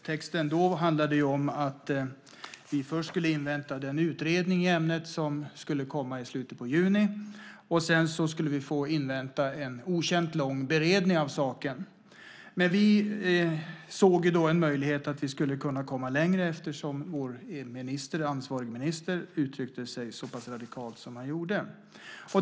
Texterna då handlade om att vi först skulle invänta den utredning i ämnet som skulle komma i slutet på juni. Sedan skulle vi få invänta en okänt lång beredning av saken. Men vi såg då en möjlighet att komma längre eftersom vår ansvarige minister uttryckte sig så pass radikalt som han gjorde.